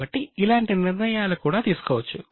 కాబట్టి ఇలాంటి నిర్ణయాలు కూడా తీసుకోవచ్చు